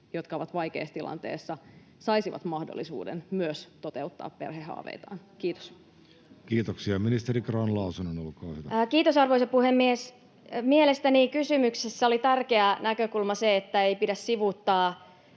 jotka ovat vaikeassa tilanteessa, saisivat mahdollisuuden myös toteuttaa perhehaaveitaan? — Kiitos. Kiitoksia. — Ministeri Grahn-Laasonen, olkaa hyvä. Kiitos, arvoisa puhemies! Mielestäni kysymyksessä oli tärkeä näkökulma se, että ei pidä sivuuttaa